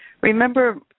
Remember